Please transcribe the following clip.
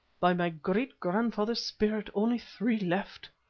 by my great grandfather's spirit! only three left.